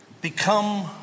become